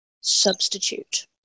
substitute